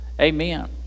Amen